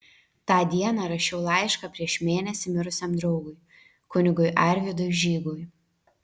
tą dieną rašiau laišką prieš mėnesį mirusiam draugui kunigui arvydui žygui